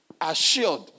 assured